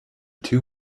two